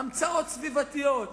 המצאות סביבתיות.